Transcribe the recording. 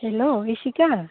hello Hrishika